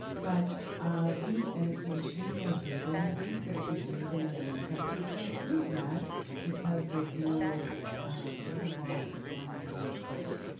but and it's a machine-made paper. we think that it was made in america but we can't prove that because there's no watermark or blind stamp on it.